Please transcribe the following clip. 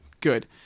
Good